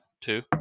two